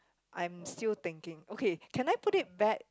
I'm still thinking okay can I put it back